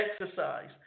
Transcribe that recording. exercise